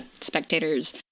spectators